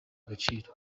agaciro